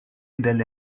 delle